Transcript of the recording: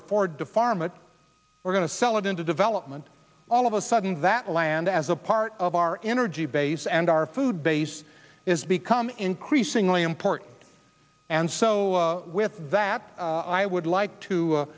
afford to farm and we're going to sell it into development all of a sudden that land as a part of our energy base and our food base is becoming increasingly important and so with that i would